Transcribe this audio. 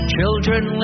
Children